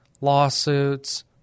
lawsuits